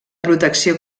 protecció